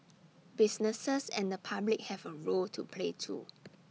businesses and the public have A role to play too